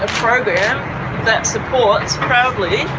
ah program that supports, proudly,